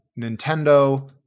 Nintendo